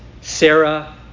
Sarah